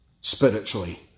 spiritually